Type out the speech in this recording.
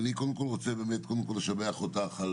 אני רוצה לשבח אותך,